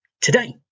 today